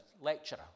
lecturer